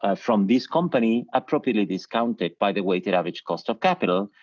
ah from this company appropriately discounted by the weighted average cost of capital,